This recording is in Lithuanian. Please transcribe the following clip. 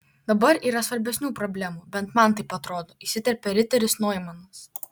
dabar yra svarbesnių problemų bent man taip atrodo įsiterpė riteris noimanas